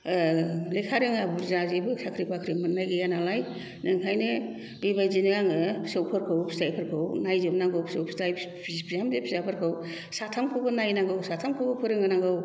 लेखा रोङा बुरजा जेबो साख्रि बाख्रि मोननाय गैया नालाय ओंखायनो बेबायदिनो आङो फिसौफोरखौ फिथायफोरखौ नायजोबनांगौ फिसौ फिथाय बिहामजो फिसाफोरखौ साथामखौबो नायनांगौ साथामखौबो फोरोंनांगौ